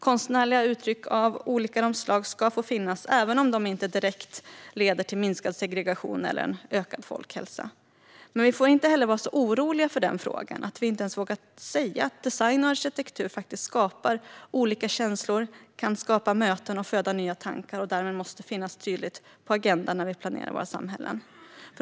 Konstnärliga uttryck av olika slag ska få finnas även om de inte direkt leder till minskad segregation eller ökad folkhälsa. Men vi får inte heller vara så oroliga för den frågan att vi inte ens vågar säga att design och arkitektur faktiskt skapar olika känslor. Det kan skapa möten och föda nya tankar, och därmed måste det finnas tydligt på agendan när vi planerar våra samhällen.